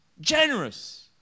generous